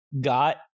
got